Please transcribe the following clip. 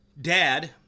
Dad